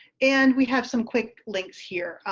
and we have some quick links here.